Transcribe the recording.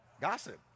gossip